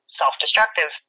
self-destructive